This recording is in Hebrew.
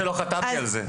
רק שלא חתמתי על זה.